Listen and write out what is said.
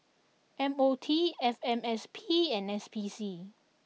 M O T F M S P and S P C